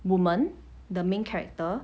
woman the main character